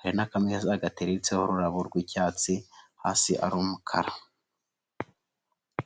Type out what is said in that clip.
hari n'akamwe gateretse, ururabo rw'icyatsi hasi ari umukara.